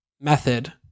method